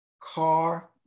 car